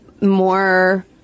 more